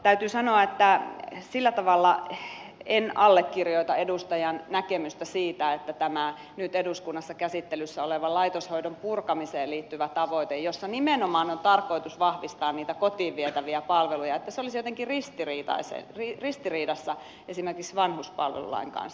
täytyy sanoa että sillä tavalla en allekirjoita edustajan näkemystä siitä että tämä nyt eduskunnassa käsittelyssä oleva laitoshoidon purkamiseen liittyvä tavoite jossa nimenomaan on tarkoitus vahvistaa niitä kotiin vietäviä palveluja olisi jotenkin ristiriidassa esimerkiksi vanhuspalvelulain kanssa